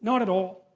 not at all.